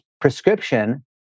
prescription